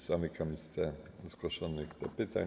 Zamykam listę zgłoszonych do pytań.